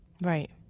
Right